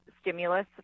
stimulus